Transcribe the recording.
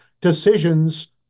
decisions